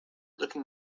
looking